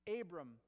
Abram